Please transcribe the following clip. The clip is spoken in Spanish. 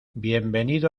bienvenido